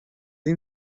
این